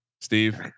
Steve